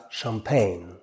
champagne